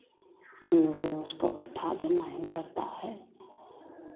अन्न भी उसको घट्ठा देना ही पड़ता है